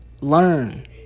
learn